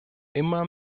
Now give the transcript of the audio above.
immer